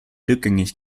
rückgängig